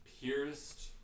pierced